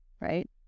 right